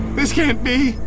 this can't be.